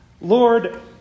Lord